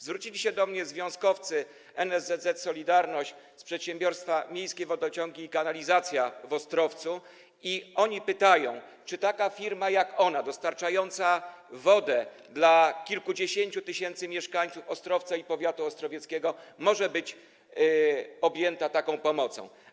Zwrócili się do mnie związkowcy NSZZ „Solidarność” z przedsiębiorstwa Miejskie Wodociągi i Kanalizacja w Ostrowcu, którzy pytają, czy taka firma jak ich, dostarczająca wodę dla kilkudziesięciu tysięcy mieszkańców Ostrowca i powiatu ostrowieckiego, może być objęta taką pomocą.